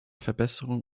verbesserung